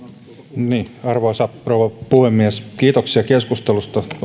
arvoisa rouva puhemies kiitoksia keskustelusta vaikka